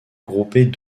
groupées